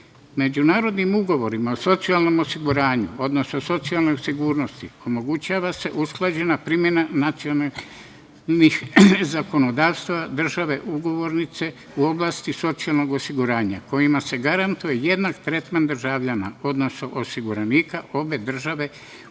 sveta.Međunarodnim ugovorima o socijalnom osiguranju, odnosno socijalnoj sigurnosti, omogućava se usklađena primena nacionalnih zakonodavstava države ugovornice u oblasti socijalnog osiguranja kojima se garantuje jednak tretman državljana, odnosno osiguranika obe države ugovornice